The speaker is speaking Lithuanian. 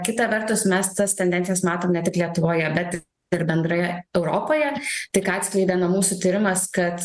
kita vertus mes tas tendencijas matom ne tik lietuvoje bet ir bendrai europoje tai ką atskleidė na mūsų tyrimas kad